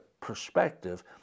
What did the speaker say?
perspective